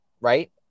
Right